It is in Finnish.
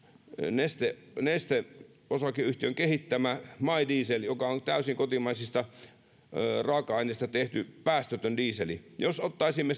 neste neste oyjn kehittämä my diesel joka on täysin kotimaisista raaka aineista tehty päästötön diesel jos ottaisimme